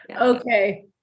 Okay